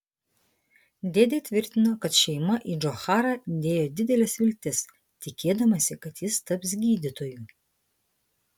dėdė tvirtino kad šeima į džocharą dėjo dideles viltis tikėdamasi kad jis taps gydytoju